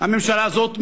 הממשלה הזאת,